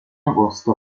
agosto